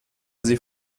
sie